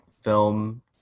film